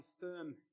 firm